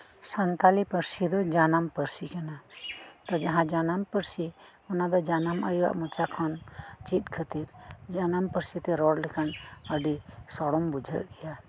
ᱥᱟᱱᱛᱟᱞᱤ ᱯᱟᱹᱨᱥᱤ ᱫᱚ ᱡᱟᱱᱟᱢ ᱯᱟᱹᱨᱥᱤ ᱠᱟᱱᱟ ᱛᱚ ᱡᱟᱦᱟᱸ ᱡᱟᱱᱟᱢ ᱯᱟᱹᱨᱥᱤ ᱚᱱᱟᱫᱚ ᱡᱟᱱᱟᱢ ᱟᱭᱩᱣᱟᱜ ᱢᱚᱪᱟᱠᱷᱚᱱ ᱪᱤᱫ ᱠᱷᱟᱹᱛᱤᱨ ᱡᱟᱱᱟᱢ ᱯᱟᱹᱨᱥᱤ ᱛᱮ ᱨᱚᱲᱞᱮᱠᱷᱟᱱᱟᱹᱰᱤ ᱥᱚᱲᱚᱢ ᱵᱩᱡᱷᱟᱹᱜ ᱜᱮᱭᱟ